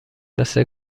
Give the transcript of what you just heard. مثل